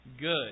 good